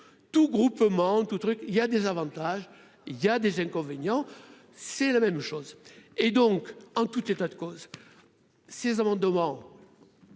tout groupement to truc il y a des avantages, il y a des inconvénients, c'est la même chose et donc en tout état de cause, ces amendements.